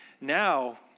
Now